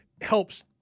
helps